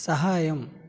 సహాయం